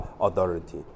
authority